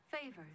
Favors